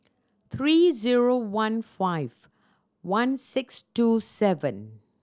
three zero one five one six two seven